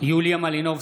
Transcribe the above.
יוליה מלינובסקי,